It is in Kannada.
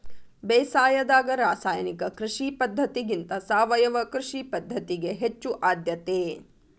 ಬೇಸಾಯದಾಗ ರಾಸಾಯನಿಕ ಕೃಷಿ ಪದ್ಧತಿಗಿಂತ ಸಾವಯವ ಕೃಷಿ ಪದ್ಧತಿಗೆ ಹೆಚ್ಚು ಆದ್ಯತೆ